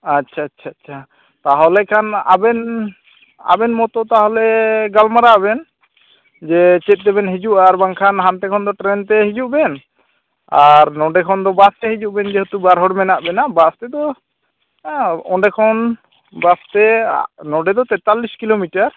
ᱟᱪᱪᱷᱟ ᱪᱷᱟ ᱪᱷᱟ ᱛᱟᱦᱚᱞᱮ ᱠᱷᱟᱱ ᱟᱵᱮᱱ ᱟᱵᱮᱱ ᱢᱚᱛᱳ ᱛᱟᱦᱚᱞᱮ ᱜᱟᱞᱢᱟᱨᱟᱣ ᱵᱮᱱ ᱡᱮ ᱪᱮᱫ ᱛᱮᱵᱮᱱ ᱦᱤᱡᱩᱜᱼᱟ ᱟᱨ ᱵᱟᱝᱠᱷᱟᱱ ᱦᱟᱱᱛᱮ ᱠᱷᱚᱱ ᱫᱚ ᱴᱨᱮᱱ ᱛᱮ ᱦᱤᱡᱩᱜ ᱵᱮᱱ ᱟᱨ ᱱᱚᱰᱮ ᱠᱷᱚᱱ ᱫᱚ ᱵᱟᱥ ᱛᱮ ᱦᱤᱡᱩᱜ ᱵᱮᱱ ᱡᱮᱦᱮᱛᱩ ᱵᱟᱨ ᱦᱚᱲ ᱢᱮᱱᱟᱜ ᱵᱮᱱᱟ ᱵᱟᱥ ᱛᱮᱫᱚ ᱚᱸᱰᱮ ᱠᱷᱚᱱ ᱵᱟᱥ ᱛᱮ ᱱᱚᱰᱮ ᱫᱚ ᱛᱮᱛᱟᱞᱤᱥ ᱠᱤᱞᱳ ᱢᱤᱴᱟᱨ